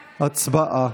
הצבעה.